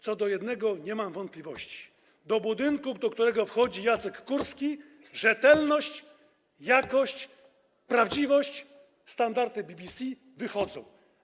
Co do jednego nie mam wątpliwości: z budynku, do którego wchodzi Jacek Kurski, rzetelność, jakość, prawdziwość, standardy BBC wychodzą.